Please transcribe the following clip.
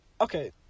okay